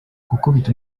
gukubita